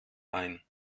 ein